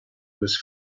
was